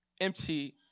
Empty